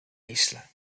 isla